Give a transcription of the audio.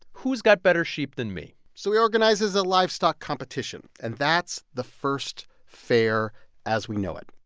who's got better sheep than me? so he organizes a livestock competition, and that's the first fair as we know it